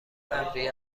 ابری